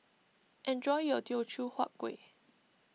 enjoy your Teochew Huat Kueh